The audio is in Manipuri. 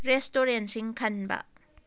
ꯔꯦꯁꯇꯣꯔꯦꯟꯁꯤꯡ ꯈꯟꯕ